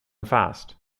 fast